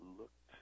looked